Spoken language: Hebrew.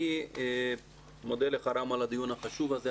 אני מודה לך, רם, על הדיון החשוב הזה.